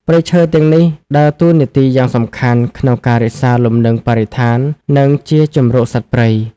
ព្រៃឈើទាំងនេះដើរតួនាទីយ៉ាងសំខាន់ក្នុងការរក្សាលំនឹងបរិស្ថាន និងជាជម្រកសត្វព្រៃ។